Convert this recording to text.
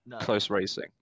close-racing